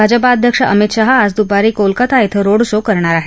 भाजपा अध्यक्ष अमित शहा आज द्पारी कोलकता इथं रोड शो करणार आहेत